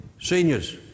seniors